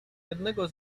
jednego